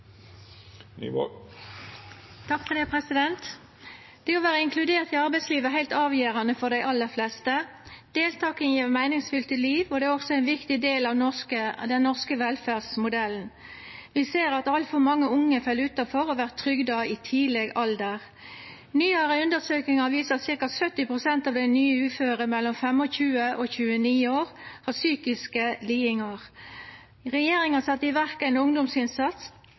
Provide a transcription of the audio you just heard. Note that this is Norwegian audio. Det å vera inkludert i arbeidslivet, er heilt avgjerande for å dei aller fleste. Deltaking gjev meiningsfylte liv, og det er også ein viktig del av den norske velferdsmodellen. Vi ser at altfor mange unge fell utanfor og vert trygda i tidleg alder. Nyare undersøkingar viser at ca. 70 pst. av dei nye uføre mellom 25 og 29 år har psykiske lidingar. Regjeringa har sett i verk ein ungdomsinnsats